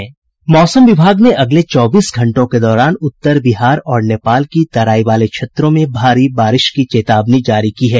मौसम विभाग ने अगले चौबीस घंटों के दौरान उत्तर बिहार और नेपाल की तराई वाले क्षेत्रों में भारी बारिश की चेतावनी जारी की है